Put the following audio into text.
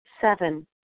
Seven